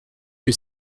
que